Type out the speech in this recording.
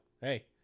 hey